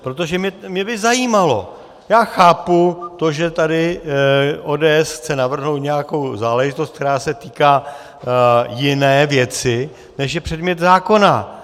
Protože mě by zajímalo já chápu to, že tady ODS chce navrhnout nějakou záležitost, která se týká jiné věci, než je předmět zákona.